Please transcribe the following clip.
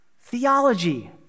Theology